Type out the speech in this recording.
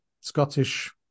Scottish